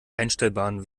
einstellbaren